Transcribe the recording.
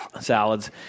salads